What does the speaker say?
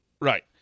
Right